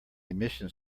emission